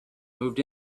moved